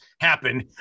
happen